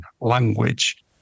language